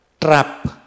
trap